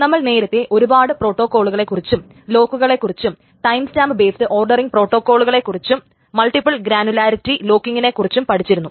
നമ്മൾ നേരത്തെ ഒരുപാട് പ്രോട്ടോക്കോളുകളെക്കുറിച്ചും ലോക്കുകളെക്കുറിച്ചും ടൈംസ്റ്റാമ്പ് ബേസ്ഡ് ഓർഡറിംഗ് പ്രോട്ടോക്കോളിനെക്കുറിച്ചും മൾട്ടിപ്പിൾ ഗ്രാനുലാരിറ്റി ലോക്കിങ്ങിനെക്കുറിച്ചും പഠിച്ചിരുന്നു